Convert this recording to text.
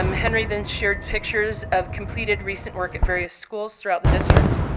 um henry then shared pictures of completed recent work at various schools throughout the district,